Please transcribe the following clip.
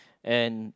and